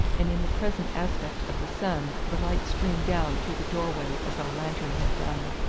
and in the present aspect of the sun the light streamed down through the door-way as our lantern had done,